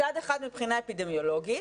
מצד אחד מבחינה אפידמיולוגית,